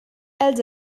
els